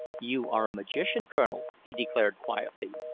you are a magician, colonel, he declared quietly.